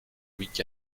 week